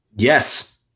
yes